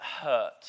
hurt